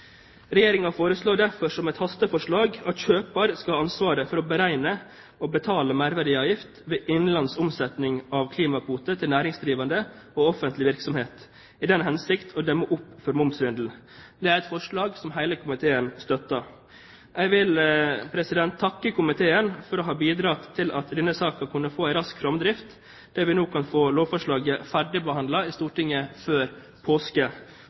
foreslår derfor, som et hasteforslag, at kjøper skal ha ansvaret for å beregne og betale merverdiavgift ved innenlands omsetning av klimakvote til næringsdrivende og offentlig virksomhet, i den hensikt å demme opp for momssvindel. Det er et forslag som hele komiteen støtter. Jeg vil takke komiteen for å ha bidratt til at denne saken kunne få en rask framdrift, og at vi nå får lovforslaget ferdigbehandlet i Stortinget før påske.